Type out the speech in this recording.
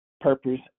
purpose